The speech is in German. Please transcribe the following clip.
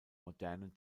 modernen